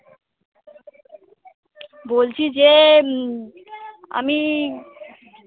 বলছি যে আমি